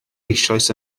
eisoes